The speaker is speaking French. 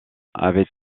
avait